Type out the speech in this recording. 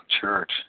Church